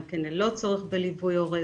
גם כן ללא צורך בליווי הורה,